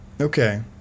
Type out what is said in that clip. Okay